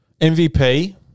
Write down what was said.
MVP